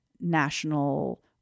national